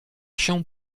się